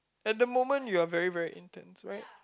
at the moment you are very very intense very